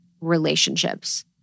relationships